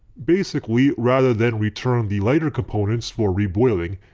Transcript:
basically rather than return the lighter components for reboiling,